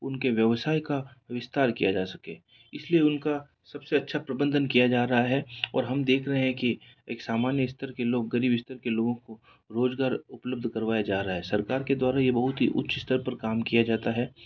उनके व्यवसाय का विस्तार किया जा सके इसलिए उनका सबसे अच्छा प्रबंधन किया जा रहा है और हम देख रहे हैं कि एक सामान्य स्तर के लोग गरीब स्तर के लोगों को रोज़गार उपलब्ध करवाया जा रहा है सरकार के द्वारा यह बहुत ही उच्च स्तर पर काम किया जाता है